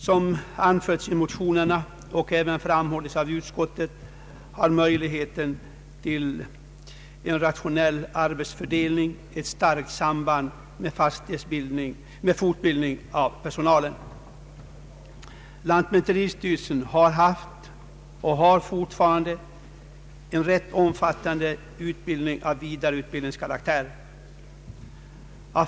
Som anförts i motionerna och även framhållits av utskottet, har möjligheten till en ratio nell arbetsfördelning ett starkt samband med fortbildning av personalen. Lantmäteristyrelsen anordnar en rätt omfattande vidareutbildning.